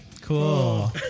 Cool